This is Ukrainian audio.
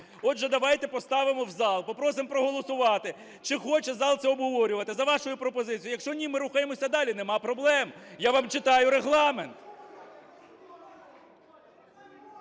Отже, давайте поставимо в зал, попросимо проголосувати, чи хоче зал це обговорювати, за вашою пропозицією. Якщо ні - ми рухаємося далі, нема проблем. Я вам читаю Регламент.